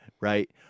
right